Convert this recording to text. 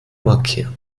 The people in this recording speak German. markieren